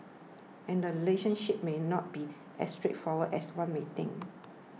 and relationships may not be as straightforward as one might think